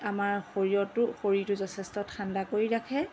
আমাৰ শৰীৰতো শৰীৰটো যথেষ্ট ঠাণ্ডা কৰি ৰাখে